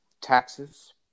Taxes